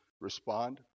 respond